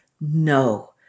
No